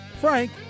Frank